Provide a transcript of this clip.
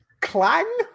Clang